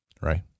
right